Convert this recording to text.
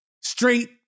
Straight